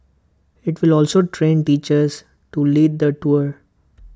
IT will also train teachers to lead the tours